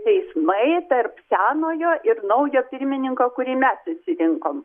teismai tarp senojo ir naujo pirmininko kurį mes išsirinkom